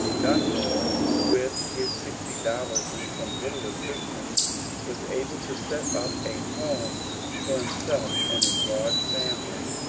dunmore with his sixty dollars and some little assistance was able to set up a home for him self and his large family,